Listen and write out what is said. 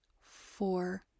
four